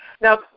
Now